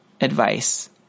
advice